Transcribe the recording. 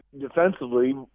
defensively